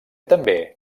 també